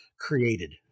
created